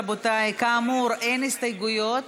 רבותיי, כאמור, אין הסתייגויות.